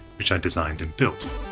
which i designed and built.